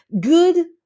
Good